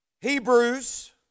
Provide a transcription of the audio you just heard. Hebrews